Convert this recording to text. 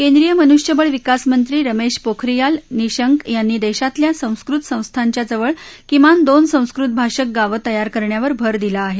केंद्रीय मनुष्यबळ विकास मंत्री रमेश पोखरीयाल निशंक यांनी देशातल्या संस्कृत संस्थांच्याजवळ किमान दोन संस्कृत भाषक गावं तयार करण्यावर भर दिला आहे